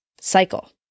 cycle